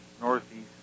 northeast